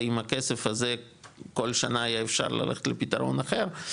האם הכסף הזה כל שנה יהיה אפשר ללכת לפתרון אחר,